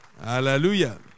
Hallelujah